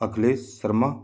Akhilesh Sharma